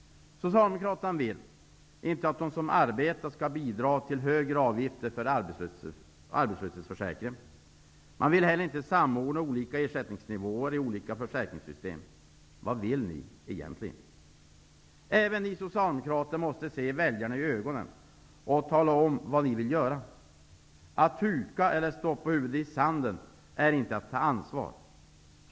Socialdemokraterna vill inte att de som arbetar skall bidra med högre avgifter till arbetslöshetsförsäkringen. De vill inte heller samordna ersättningsnivåerna i olika försäkringssystem. Vad vill ni egentligen? Även ni socialdemokrater måste se väljarna i ögonen och tala om vad ni vill göra. Att huka eller stoppa huvudet i sanden är inte att ta ansvar.